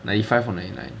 ninety five or ninety nine